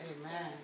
Amen